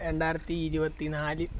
രണ്ടായിരത്തി ഇരുപത്തിനാല്